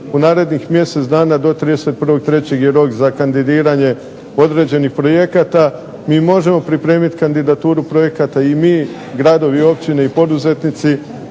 u narednih mjesec dana do 31.3. je rok za kandidiranje određenih projekata. Mi možemo pripremiti kandidaturu projekata i mi, gradovi, općine i poduzetnici